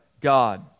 God